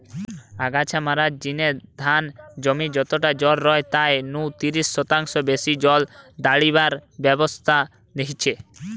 আগাছা মারার জিনে ধান জমি যতটা জল রয় তাই নু তিরিশ শতাংশ বেশি জল দাড়িবার ব্যবস্থা হিচে